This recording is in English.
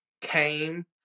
came